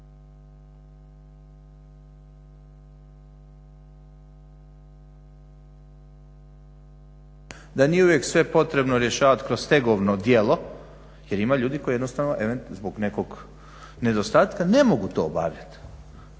da nije uvijek sve potrebno rješavati kroz stegovno djelo, jer ima ljudi koji jednostavno zbog nekog nedostatka ne mogu to obavljat.